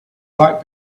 like